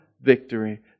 victory